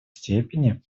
степени